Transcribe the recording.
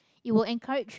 it will encourage